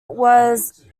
was